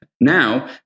now